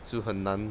so 很难